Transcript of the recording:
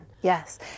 Yes